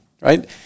right